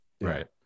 right